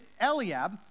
Eliab